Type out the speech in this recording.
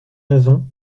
raisons